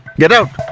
get out!